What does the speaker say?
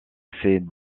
ses